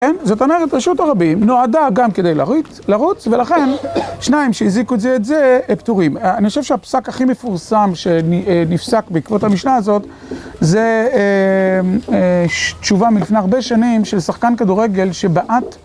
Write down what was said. כן, זאת אומרת, רשות הרבים, נועדה גם כדי לרוץ, ולכן שניים שהזיקו זה את זה, פטורים. אני חושב שהפסק הכי מפורסם שנפסק בעקבות המשנה הזאת, זה תשובה מלפני הרבה שנים של שחקן כדורגל שבעט